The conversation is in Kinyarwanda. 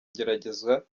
igeragezwa